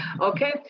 Okay